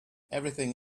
everything